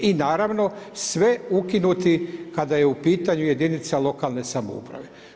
I naravno sve ukinuti kada je u pitanju jedinica lokalne samouprave.